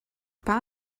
pas